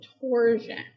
torsion